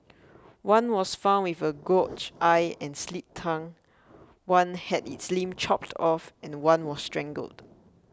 one was found with a gouged eye and slit tongue one had its limbs chopped off and one was strangled